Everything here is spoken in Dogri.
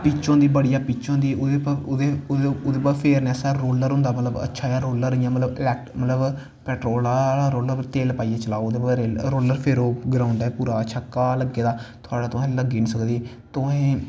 पिच होंदी बड़िया पिच होंदी ओह्दे बाद फेरनै आस्तै रोलर होंदा अच्छा जेहा रोलर मतलव पैट्रोल आह्ला रोलर तेल पाईयै चलाओ फिर ओह् ग्राउंडै च अच्छा घाह् लग्गे दा थोआड़ा तुसेंगी लग्गी नी सकदी तुसेंगी